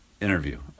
interview